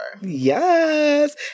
Yes